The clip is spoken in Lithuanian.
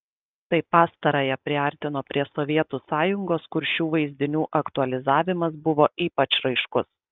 tai pastarąją priartino prie sovietų sąjungos kur šių vaizdinių aktualizavimas buvo ypač raiškus